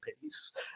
peace